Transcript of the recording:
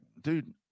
dude